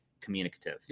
communicative